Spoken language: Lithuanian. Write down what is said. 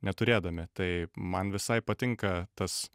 neturėdami tai man visai patinka tas